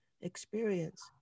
experience